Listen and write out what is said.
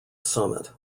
summit